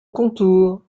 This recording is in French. contour